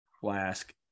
flask